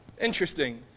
Interesting